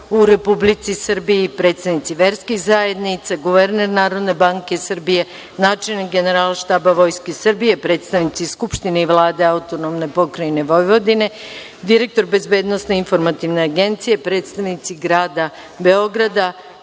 u Republici Srbiji, predstavnici verskih zajednica, guverner Narodne banke Srbije, načelnik Generalštaba Vojske Srbije, predstavnici Skupštine i Vlade AP Vojvodine, direktor Bezbednosno informativne agencije, predstavnici Grada Beograda,